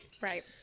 Right